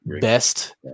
best